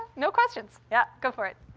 no questions? yeah, go for it.